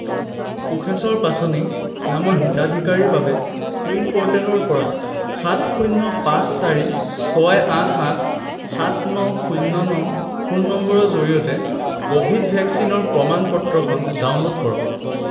কোষেশ্বৰ পাছনি নামৰ হিতাধিকাৰীৰ বাবে কোৱিন প'ৰ্টেলৰ পৰা সাত শূণ্য পাঁচ চাৰি ছয় আঠ আঠ সাত ন শূণ্য ন ফোন নম্বৰৰ জৰিয়তে ক'ভিড ভেকচিনৰ প্ৰমাণপত্ৰখন ডাউনল'ড কৰক